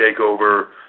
TakeOver